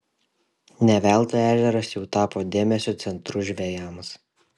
ne veltui ežeras jau tapo dėmesio centru žvejams